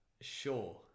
Sure